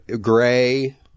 gray-